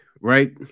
right